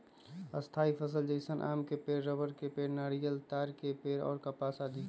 स्थायी फसल जैसन आम के पेड़, रबड़ के पेड़, नारियल, ताड़ के पेड़ और कपास आदि